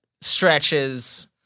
stretches